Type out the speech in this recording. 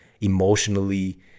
emotionally